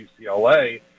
UCLA